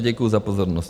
Děkuji za pozornost.